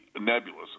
nebulous